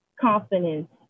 confidence